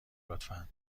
لطفا